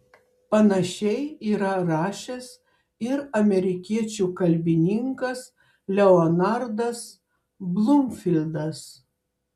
panašiai yra rašęs ir amerikiečių kalbininkas leonardas blumfildas